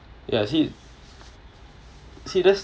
ya see see that's